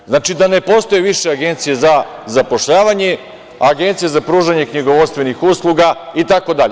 Koju?) Znači, da ne postoji više agencija za zapošljavanje, agencija za pružanje knjigovodstvenih usluga itd.